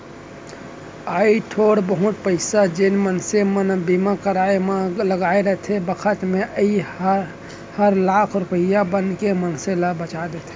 अइ थोर बहुत पइसा जेन मनसे मन बीमा कराय म लगाय रथें बखत म अइ हर लाख रूपया बनके मनसे ल बचा देथे